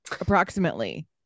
approximately